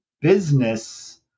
business